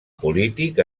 polític